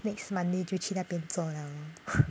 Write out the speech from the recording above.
next monday 就去那边做了